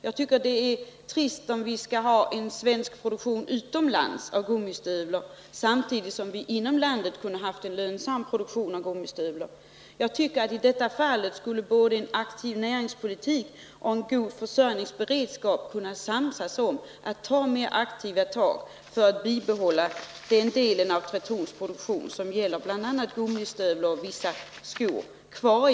Jag tycker att det är trist att behöva ha en svensk produktion utomlands av gummistövlar, trots att vi inom landet kunde ha haft en lönsam produktion. I detta fall skulle både en aktiv näringspolitik och en god försörjningsberedskap kunna ge oss anledning att göra mera aktiva insatser för att ha den här delen av Tretorns produktion kvar i landet. Det gäller bl.a. gummistövlar och vissa andra skor.